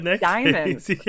diamonds